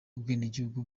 ubwenegihugu